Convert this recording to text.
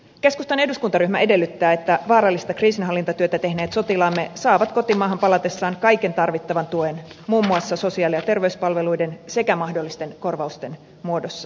keskustan eduskuntaryhmä edellyttää että vaarallista kriisinhallintatyötä tehneet sotilaamme saavat kotimaahan palatessaan kaiken tarvittavan tuen muun muassa sosiaali ja terveyspalveluiden sekä mahdollisten korvausten muodossa